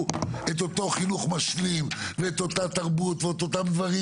את אותו חינוך משלים ואת אותה תרבות ואת אותם דברים,